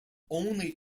only